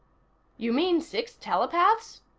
you mean six telepaths?